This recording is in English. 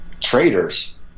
traitors